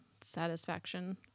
satisfaction